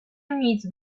enmig